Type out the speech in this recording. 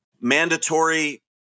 mandatory